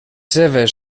seves